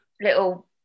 little